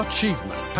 Achievement